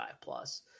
plus